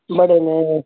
ਬੜੇ ਨੇ